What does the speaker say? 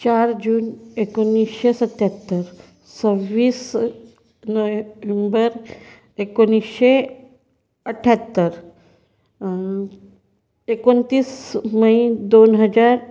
चार जून एकोणवीसशे सत्त्याहत्तर सव्वीस नोव्हेंबर एकोणीसशे अट्ठ्याहत्तर एकोणतीस मै दोन हजार